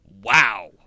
Wow